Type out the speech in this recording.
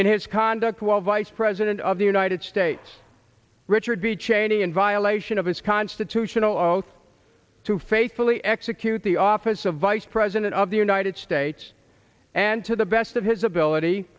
in his conduct while vice president of the united states richard b cheney in violation of his constitutional oath to faithfully execute the office of vice president of the united states and to the best of his ability